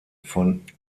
von